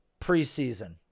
preseason